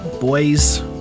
boys